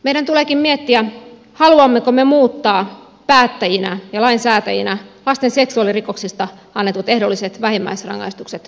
meidän tuleekin miettiä haluammeko me päättäjinä ja lainsäätäjinä muuttaa lasten seksuaalirikoksista annetut ehdolliset vähimmäisrangaistukset ehdottomiksi